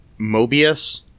Mobius